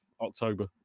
october